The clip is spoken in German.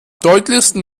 deutlichsten